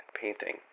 painting